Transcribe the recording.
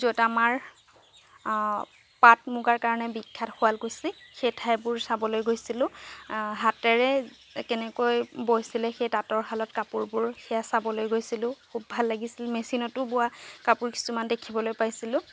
য'ত আমাৰ পাট মুগা কাৰণে বিখ্যাত শুৱালকুছি সেই ঠাইবোৰ চাবলৈ গৈছিলো হাতেৰে কেনেকৈ বৈছিলে সেই তাতঁৰ শালত কাপোৰবোৰ সেয়া চাবলৈ গৈছিলো খুব ভাল লাগিছিল মেচিনতো বোৱা কাপোৰ কিছুমান দেখিবলৈ পাইছিলো